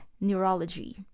neurology